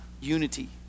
unity